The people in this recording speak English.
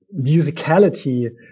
musicality